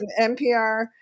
NPR